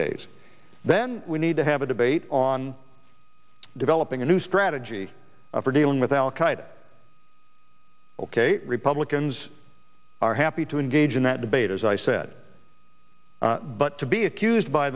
days then we need to have a debate on developing a new strategy for dealing with al qaeda ok republicans are happy to engage in that debate as i said but to be accused by